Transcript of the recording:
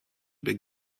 big